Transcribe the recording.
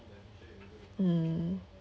mm